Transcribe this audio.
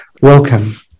Welcome